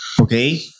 okay